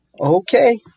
Okay